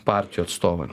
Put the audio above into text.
partijų atstovam